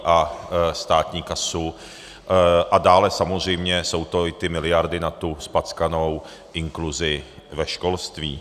A dále samozřejmě jsou to i ty miliardy na tu zpackanou inkluzi ve školství.